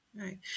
Right